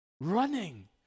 running